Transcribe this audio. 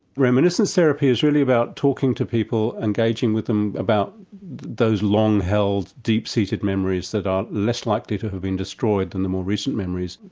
reminiscence therapy is really about talking to people, engaging with them about those long-held, deep-seated memories that are less likely to have been destroyed than the more recent memories.